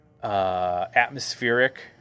Atmospheric